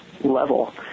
level